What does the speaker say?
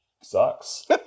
sucks